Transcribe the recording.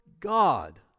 God